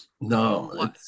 No